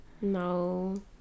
No